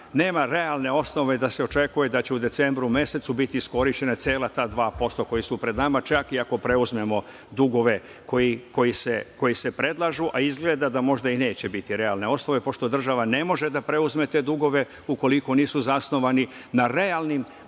Nema realne osnove da se očekuje da će u decembru mesecu biti iskorišćena cela ta 2% koja su pred nama, čak i ako preuzmemo dugove koji se predlažu, a izgleda da možda i neće biti realne osnove, pošto država ne može da preuzme te dugove ukoliko nisu zasnovani na realnim